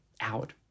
out